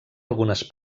algunes